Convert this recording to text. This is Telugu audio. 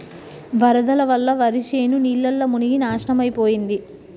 వరదల వల్ల వరిశేను నీళ్లల్ల మునిగి నాశనమైపోయింది